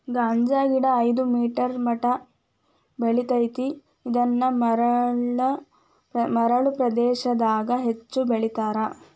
ಗಾಂಜಾಗಿಡಾ ಐದ ಮೇಟರ್ ಮಟಾ ಬೆಳಿತೆತಿ ಇದನ್ನ ಮರಳ ಪ್ರದೇಶಾದಗ ಹೆಚ್ಚ ಬೆಳಿತಾರ